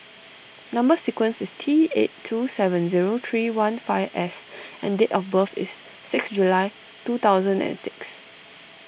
Number Sequence is T eight two seven zero three one five S and date of birth is six July two thousand and six